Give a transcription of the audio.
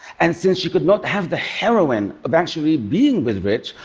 and since she could not have the heroin of actually being with rich,